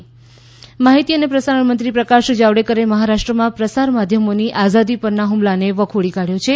જાવડેકર અર્ણવ માહિતી અને પ્રસારણ મંત્રી પ્રકાશ જાવેડકરે મહારાષ્ટ્રમાં પ્રસાર માધ્યમોની આઝાદી પરના હ્મલાને વખોડી કાઢ્યો છે